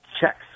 checks